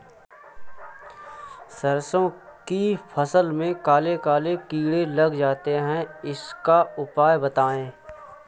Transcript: सरसो की फसल में काले काले कीड़े लग जाते इसका उपाय बताएं?